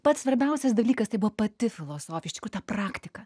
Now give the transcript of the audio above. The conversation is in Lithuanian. pats svarbiausias dalykas tai buvo pati filosofija iš tikrųjų ta praktika